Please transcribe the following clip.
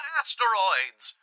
asteroids